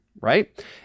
right